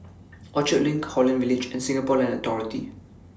Orchard LINK Holland Village and Singapore Land Authority